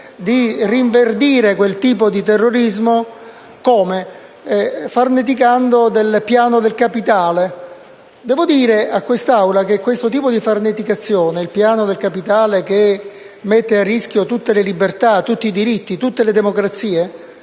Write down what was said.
di rinverdire quel tipo di terrorismo farneticando del piano del capitale. Devo dire a quest'Assemblea che questo tipo di farneticazione sul piano del capitale che mette a rischio tutte le libertà, i diritti e le democrazie